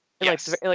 Yes